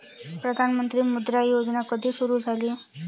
प्रधानमंत्री मुद्रा योजना कधी सुरू झाली?